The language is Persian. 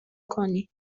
کنی